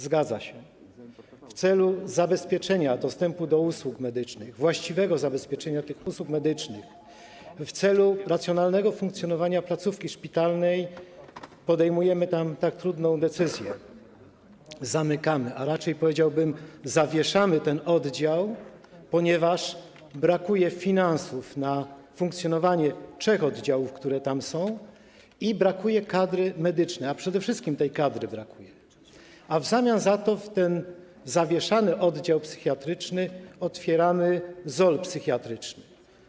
Zgadza się, w celu zabezpieczenia dostępu do usług medycznych, właściwego zabezpieczenia tych usług medycznych, w celu racjonalnego funkcjonowania placówki szpitalnej podejmujemy tam tak trudną decyzję: zamykamy, a raczej, powiedziałbym, zawieszamy działanie tego oddziału, ponieważ brakuje środków finansowych na funkcjonowanie trzech oddziałów, które tam są, i brakuje kadry medycznej - przede wszystkim brakuje kadry - a w zamian za ten zawieszany oddział psychiatryczny otwieramy ZOL psychiatryczny.